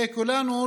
וכולנו,